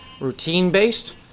routine-based